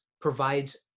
provides